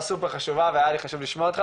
סופר חשובה והיה לי חשוב לשמוע אותך,